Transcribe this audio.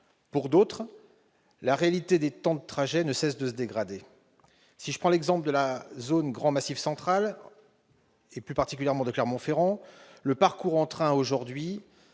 Pour d'autres, la réalité des temps de trajet ne cesse de se dégrader. Si je prends l'exemple de la zone du grand Massif central, et plus particulièrement de Clermont-Ferrand, le parcours en train aujourd'hui